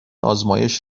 آزمایش